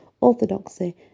orthodoxy